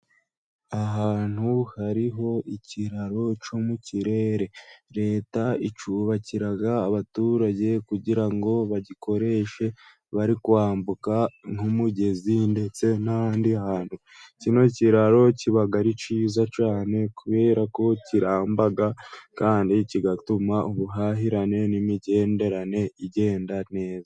Ahantu hari ikiraro cyo mu kirere. Leta icyubakira abaturage kugira ngo bagikoreshe bari kwambuka nk'umugezi ndetse n'ahandi hantu. Kino kiraro kiba ari cyiza cyane kubera ko kiramba kandi kigatuma ubuhahirane n'imigenderanire igenda neza.